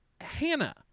Hannah